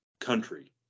country